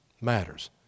matters